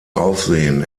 aufsehen